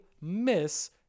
miss